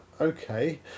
Okay